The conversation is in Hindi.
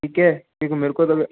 ठीक है एक मेरे को तो